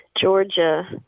Georgia